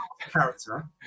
character